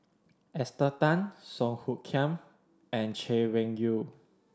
Esther Tan Song Hoot Kiam and Chay Weng Yew